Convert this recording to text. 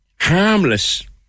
harmless